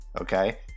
Okay